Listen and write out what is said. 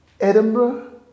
Edinburgh